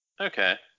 Okay